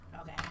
Okay